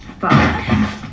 fuck